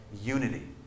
unity